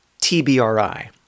TBRI